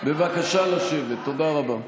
בבקשה לשבת, תודה רבה.